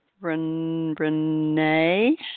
Renee